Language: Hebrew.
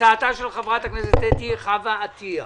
הצעתה של חברת הכנסת חוה אתי עטיה.